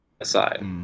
aside